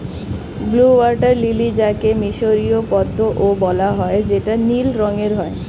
blue water lily যাকে মিসরীয় পদ্মও বলা হয় যেটা নীল রঙের হয়